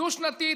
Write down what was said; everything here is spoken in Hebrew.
דו-שנתי,